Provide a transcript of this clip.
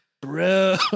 Bro